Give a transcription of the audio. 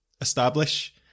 establish